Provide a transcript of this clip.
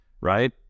right